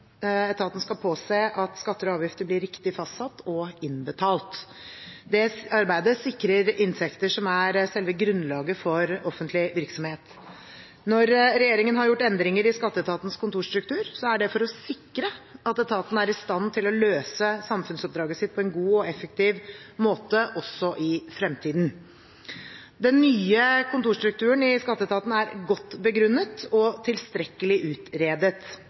Etaten skal påse at skatter og avgifter blir riktig fastsatt og innbetalt. Det arbeidet sikrer inntekter, som er selve grunnlaget for offentlig virksomhet. Når regjeringen har gjort endringer i Skatteetatens kontorstruktur, er det for å sikre at etaten er i stand til å løse samfunnsoppdraget sitt på en god og effektiv måte også i fremtiden. Den nye kontorstrukturen i Skatteetaten er godt begrunnet og tilstrekkelig utredet.